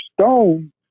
Stone